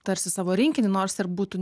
tarsi savo rinkinį nors ir būtų